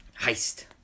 Heist